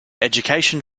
education